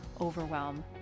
overwhelm